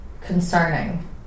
concerning